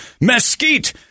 mesquite